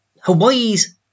Hawaii's